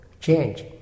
change